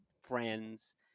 Friends